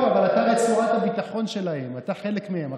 לא, אבל אתה רצועת הביטחון שלהם, אתה חלק מהם.